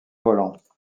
volants